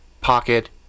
pocket